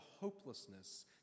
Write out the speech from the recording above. hopelessness